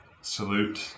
salute